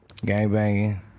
gangbanging